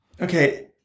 Okay